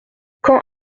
quand